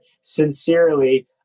sincerely